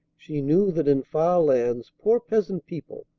she knew that in far lands poor peasant people,